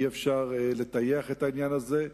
אי-אפשר לטייח את העניין הזה.